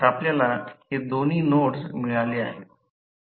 तर आपल्याला हे दोन्ही नोड्स मिळाले आहेत